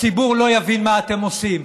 הציבור לא יבין מה אתם עושים.